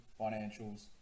financials